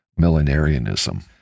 millenarianism